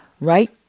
right